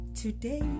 Today